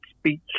speech